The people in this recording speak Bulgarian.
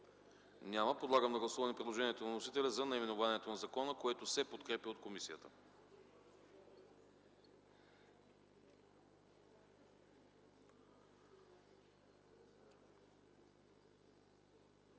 Няма. Подлагам на гласуване предложението на вносителя за наименованието на закона, което се подкрепя от комисията.